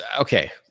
okay